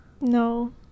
No